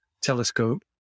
telescope